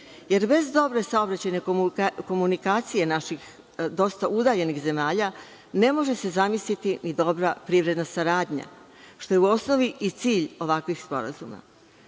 Jer, bez dobre saobraćajne komunikacije naših dosta udaljenih zemalja, ne može se zamisliti ni dobra privredna saradnja, što je u osnovi i cilj ovakvih sporazuma. Iz